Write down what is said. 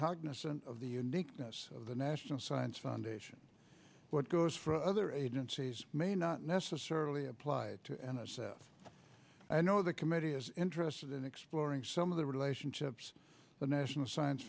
cognizant of the uniqueness of the national science foundation what goes for other agencies may not necessarily apply i know the committee is interested in exploring some of the relationships the national science